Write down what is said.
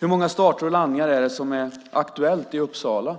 Hur många starter och landningar är det som är aktuella i Uppsala?